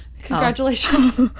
Congratulations